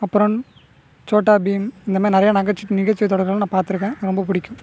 அப்புறோம் சோட்டா பீம் இந்தமாரி நிறையா நகச்சி நிகழ்ச்சி தொடர்கள்லா நான் பார்த்துருக்கேன் ரொம்ப பிடிக்கும்